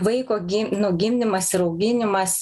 vaiko gi nu gimdymas ir auginimas